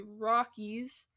Rockies